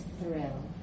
thrill